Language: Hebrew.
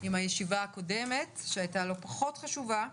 עם הישיבה הקודמת שהייתה לא פחות חשובה.